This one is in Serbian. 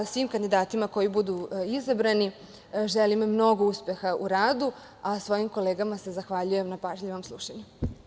Svim kandidatima koji budu izabrani želim mnogo uspeha u radu, a svojim kolegama se zahvaljujem na pažljivom slušanju.